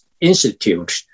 institute